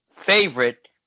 favorite